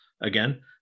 again